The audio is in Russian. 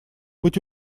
быть